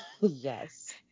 yes